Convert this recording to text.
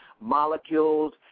molecules